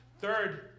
Third